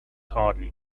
hardly